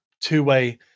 two-way